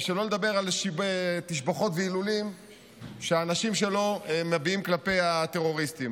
ושלא לדבר על תשבחות והילולים שהאנשים שלו מביעים כלפי הטרוריסטים.